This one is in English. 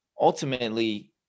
ultimately